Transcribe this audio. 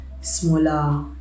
smaller